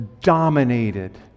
dominated